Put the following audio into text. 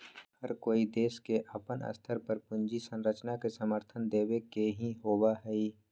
हर कोई देश के अपन स्तर पर पूंजी संरचना के समर्थन देवे के ही होबा हई